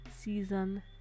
season